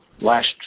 last